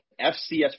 FCS